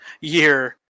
year